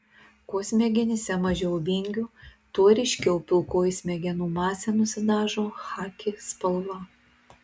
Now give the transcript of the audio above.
kuo smegenyse mažiau vingių tuo ryškiau pilkoji smegenų masė nusidažo chaki spalva